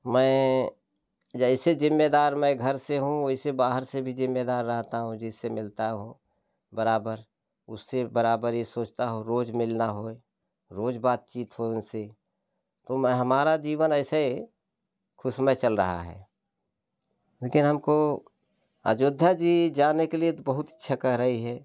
मैं जैसे जिम्मेदार मैं घर से हूँ वैसे बाहर से भी जिम्मेदार रहता हूँ जिससे मिलता हूँ बराबर उससे बराबर ये सोचता हूँ रोज मिलना होय रोज बातचीत हो उनसे तो मैं हमारा जीवन ऐसे खुशमय चल रहा है लेकिन हमको अयोध्या जी जाने के लिए त बहुत इच्छा कर रही है